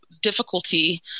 difficulty